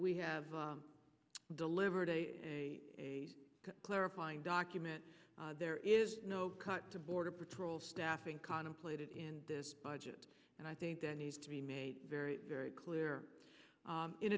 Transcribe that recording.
we have delivered a clarifying document there is no cut to border patrol staffing contemplated in this budget and i think that needs to be made very very clear